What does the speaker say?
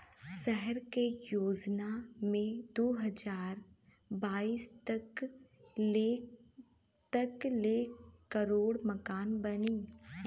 सहर के योजना मे दू हज़ार बाईस तक ले करोड़ मकान बनी